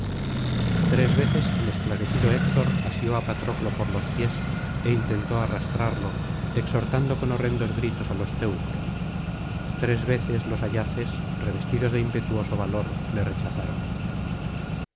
tres veces el esclarecido héctor asió á patroclo por los pies é intentó arrastrarlo exhortando con horrendos gritos á los teucros tres veces los ayaces revestidos de impetuoso valor le rechazaron